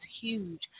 huge